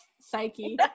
psyche